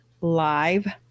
live